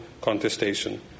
contestation